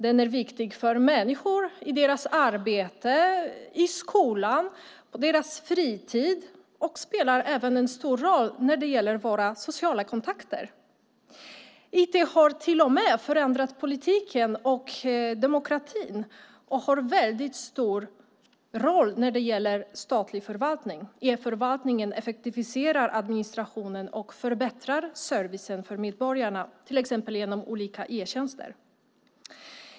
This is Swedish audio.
Den är viktig för människor i deras arbete, i skolan, på deras fritid och spelar även en stor roll i våra sociala kontakter. IT har till och med förändrat politiken och demokratin och har mycket stor betydelse när det gäller statlig förvaltning. E-förvaltningen effektiviserar administrationen och förbättrar servicen för medborgarna, till exempel genom olika e-tjänster.